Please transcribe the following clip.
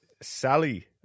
Sally